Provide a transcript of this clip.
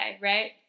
right